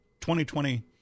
2020